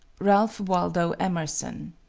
ralph waldo emerson,